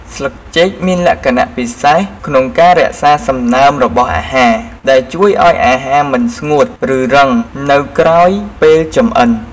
ស្លឹកចេកមានលក្ខណៈពិសេសក្នុងការរក្សាសំណើមរបស់អាហារ ដែលជួយឱ្យអាហារមិនស្ងួតឬរឹងនៅក្រោយពេលចម្អិន។